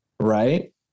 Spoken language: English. Right